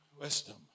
Wisdom